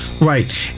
Right